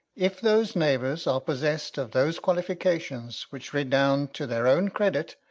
if those neighbours are possessed of those qualifications which redound to their own credit,